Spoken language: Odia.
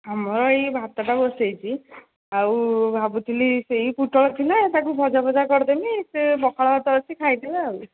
ଆଉ ମୋର ଏଇ ଭାତଟା ବସାଇଛି ଆଉ ଭାବୁଥିଲି ସେଇ ପୋଟଳ ଥିଲା ତାକୁ ଭଜା ଫଜା କରିଦେବି ସେ ପଖାଳ ଭାତ ଅଛି ଖାଇଦେବେ ଆଉ